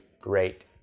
great